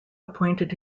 appointed